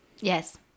Yes